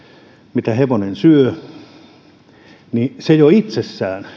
mitä hevonen syö jo itsessään